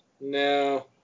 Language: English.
No